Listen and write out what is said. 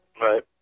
Right